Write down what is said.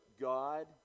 God